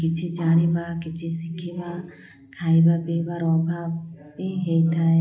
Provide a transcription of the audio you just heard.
କିଛି ଜାଣିବା କିଛି ଶିଖିବା ଖାଇବା ପିଇବାର ଅଭାବ ବି ହେଇଥାଏ